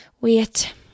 wait